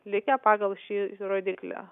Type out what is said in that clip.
likę pagal šį rodiklį